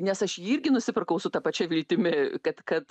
nes aš jį irgi nusipirkau su ta pačia viltimi kad kad